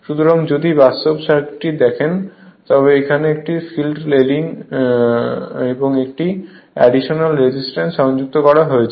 সুতরাং যদি বাস্তবে সার্কিটটি দেখেন এখানে একটি ফিল্ড লার্নিং এবং একটি এডিশনাল রেজিস্ট্যান্স সংযুক্ত করা হয়েছে